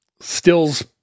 stills